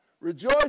Rejoice